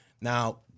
Now